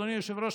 אדוני היושב-ראש,